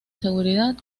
seguridad